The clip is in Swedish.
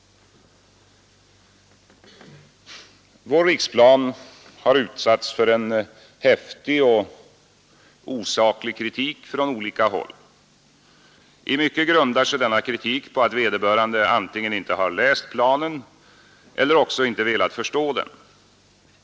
Vår riksplan har utsatts för en häftig och osaklig kritik från olika håll. I mycket grundar sig denna kritik på att vederbörande antingen inte läst planen eller också inte velat förstå den.